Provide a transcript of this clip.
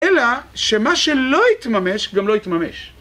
אלא שמה שלא התממש גם לא יתממש.